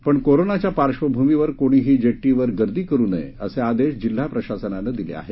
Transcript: पण कोरोनाच्या पार्श्वभूमीवर कोणीही जेटीवर गर्दी करू नये असे आदेश जिल्हा प्रशासनानं दिले आहेत